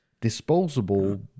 Disposable